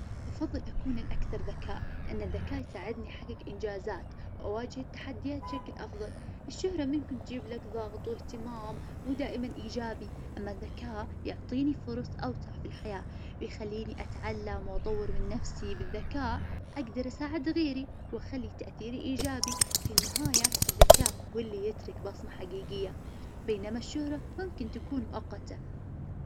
أفظل أكون الأكثر ذكاء لأن الذكاء يساعدني أحقق انجازات، وأواجه التحديات بشكل أفظل. الشهرة ممكن تجيب لك ظغط وإهتمام ودائما إيجابي أما الذكاء يعطيني فرص أوسع في الحياة، ويخليني أتعلم وأطور من نفسي. بالذكاء أقدر أساعد غيري وأخلي تأثيري إيجابي. في النهاية الذكاء هو اللي يترك بصمة حقيقية، بينما الشهرة ممكن تكون مؤقتة.